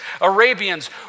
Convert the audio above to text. Arabians